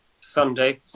Sunday